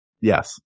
Yes